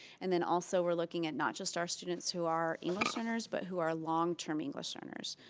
and then also we're looking at not just our students who are english learners, but who are long term english learners.